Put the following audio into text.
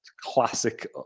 classic